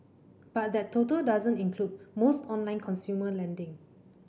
but that total doesn't include most online consumer lending